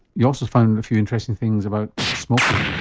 you also found a few interesting things about smoking.